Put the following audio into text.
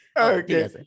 Okay